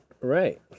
Right